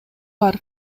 бар